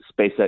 SpaceX